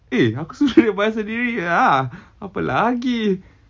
eh aku suruh dia bayar sendiri ah apa lagi